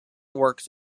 works